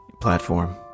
platform